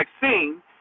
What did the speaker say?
vaccine